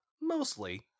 mostly